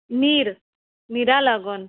नीर निरा लागोन